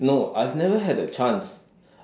no I've never had a chance